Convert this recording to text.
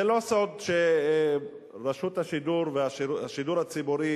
זה לא סוד שרשות השידור והשידור הציבורי